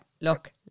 look